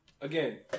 again